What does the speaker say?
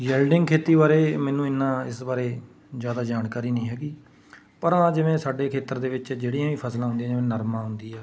yielding ਖੇਤੀ ਬਾਰੇ ਮੈਨੂੰ ਇੰਨਾ ਇਸ ਬਾਰੇ ਜ਼ਿਆਦਾ ਜਾਣਕਾਰੀ ਨਹੀਂ ਹੈਗੀ ਪਰ ਹਾਂ ਜਿਵੇਂ ਸਾਡੇ ਖੇਤਰ ਦੇ ਵਿੱਚ ਜਿਹੜੀਆਂ ਵੀ ਫਸਲਾਂ ਹੁੰਦੀਆਂ ਜਿਵੇਂ ਨਰਮਾ ਹੁੰਦੀ ਆ